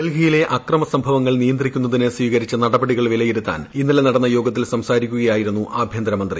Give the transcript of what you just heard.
ഡൽഹിയിലെ അക്രമസംഭവങ്ങൾ നിയന്ത്രിക്കുന്നതിന് നിയന്ത്രിക്കുന്നതിന് സ്വീകരിച്ച നടപടികൾ വിലയിരുത്താൻ ഇന്നലെ നടന്ന യോഗത്തിൽ സംസാരിക്കുകയായിരുന്നു ആഭ്യന്തരമന്ത്രി